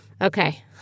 Okay